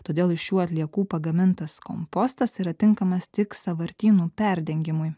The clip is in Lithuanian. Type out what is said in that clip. todėl iš šių atliekų pagamintas kompostas yra tinkamas tik sąvartynų perdengimui